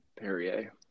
Perrier